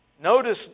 Notice